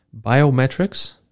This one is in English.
biometrics